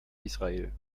israel